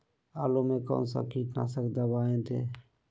आलू में कौन सा कीटनाशक दवाएं दे?